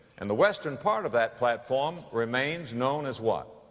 and the western part of that platform remains known as what?